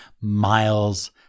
miles